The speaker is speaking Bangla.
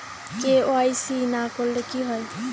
কে.ওয়াই.সি না করলে কি হয়?